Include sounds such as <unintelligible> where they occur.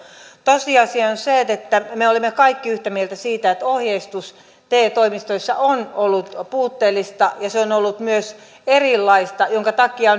tosiasia on on se että me olimme kaikki yhtä mieltä siitä että ohjeistus te toimistoissa on ollut puutteellista ja se on ollut myös erilaista minkä takia <unintelligible>